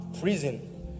prison